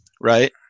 right